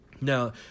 Now